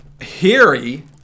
Harry